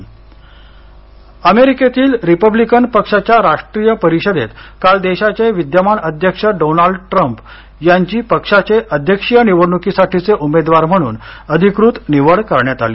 Trump उमेदवारी अमेरिकेतील Republican पक्षाच्या राष्ट्रीय परिषदेत काल देशाचे विद्यमान अध्यक्ष डोनाल्ड ट्रम्प यांची पक्षाचे अध्यक्षीय निवडणुकीसाठीचे उमेदवार म्हणून अधिकृत निवड करण्यात आली